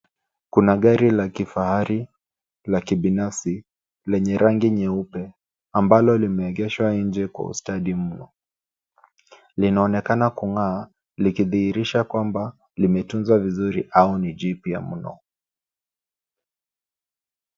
Kuna gari la kifahari la kibinafsi lenye rangi nyeupe ambalo limeegeshwa nje kwa ustadi mno. Linaonekana kung'aa likidhihirisha kwamba limetunzwa vizuri au ni jipya mno.